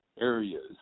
areas